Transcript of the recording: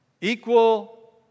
Equal